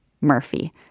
Murphy